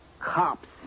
Cops